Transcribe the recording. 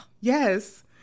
Yes